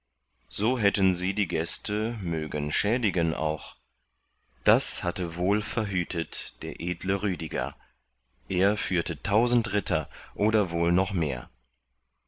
so hätten sie die gäste mögen schädigen auch das hatte wohl verhütet der edle rüdiger er führte tausend ritter oder wohl noch mehr